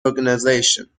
organization